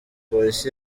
polisi